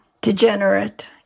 degenerate